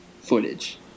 footage